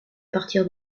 partir